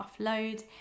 offload